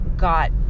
got